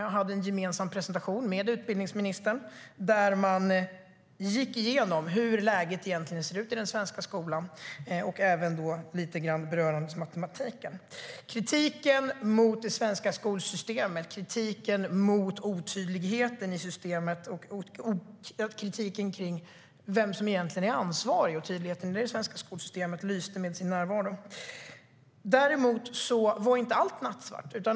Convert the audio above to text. Man hade en gemensam presentation med utbildningsministern där man gick igenom hur läget egentligen ser ut i den svenska skolan. Man berörde även matematiken. Däremot var inte allt nattsvart.